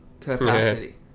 capacity